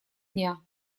дня